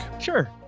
sure